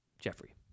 Jeffrey